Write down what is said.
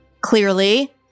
clearly